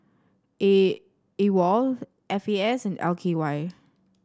A AWOL F A S and L K Y